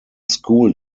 school